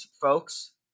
folks